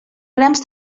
grams